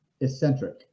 eccentric